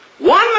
One